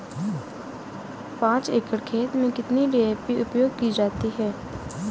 पाँच एकड़ खेत में कितनी डी.ए.पी उपयोग की जाती है?